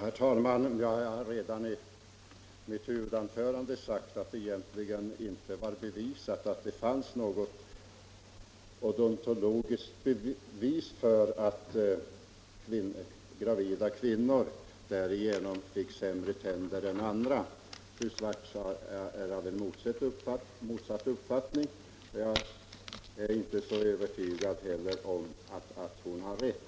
Herr talman! Som jag sade i mitt huvudanförande finns det egentligen inte något odontologiskt bevis för att kvinnor genom sin graviditet får sämre tänder än andra. Fru Swartz har motsatt uppfattning. Jag är inte helt övertygad om att hon har rätt,